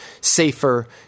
safer